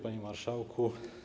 Panie Marszałku!